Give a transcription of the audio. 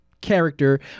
character